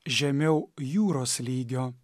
žemiau jūros lygio